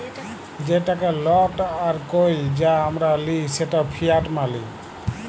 যে টাকা লট আর কইল যা আমরা লিই সেট ফিয়াট মালি